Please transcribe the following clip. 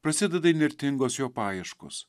prasideda įnirtingos jo paieškos